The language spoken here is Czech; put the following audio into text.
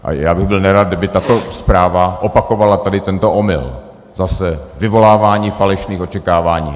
A já bych byl nerad, kdyby tato zpráva opakovala tady tento omyl, zase vyvolávání falešných očekávání.